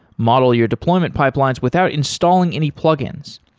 model your deployment pipelines without installing any plugins.